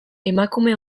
emakume